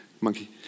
monkey